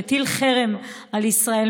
מטיל חרם על ישראל,